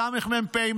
סמ"פ,